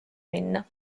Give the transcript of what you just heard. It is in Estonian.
minna